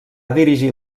dirigir